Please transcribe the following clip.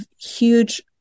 huge